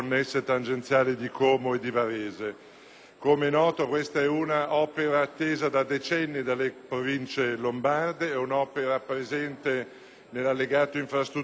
Com'è noto, questa è un'opera attesa da decenni dalle province lombarde, presente nell'allegato infrastrutture di Milano Expo